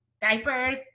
diapers